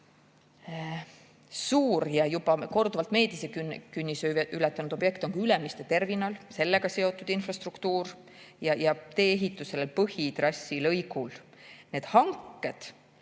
Suur ja juba korduvalt meediakünnise ületanud objekt on Ülemiste terminal, sellega seotud infrastruktuur ja tee-ehitus põhitrassi lõigul. Need hanked